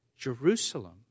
Jerusalem